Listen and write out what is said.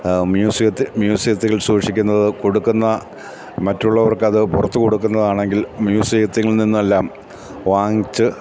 മ്യൂസിയത്തില് സൂക്ഷിക്കുന്നത് കൊടുക്കുന്നത് മറ്റുള്ളവർക്കത് പുറത്ത് കൊടുക്കുന്നതാണെങ്കിൽ മ്യൂസിയത്തിൽ നിന്നെല്ലാം വാങ്ങിച്ച്